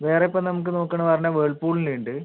വേറ ഇപ്പം നമുക്ക് നോക്കണ പറഞ്ഞാൽ വേൾപൂളിൻ്റ ഉണ്ട്